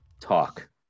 talk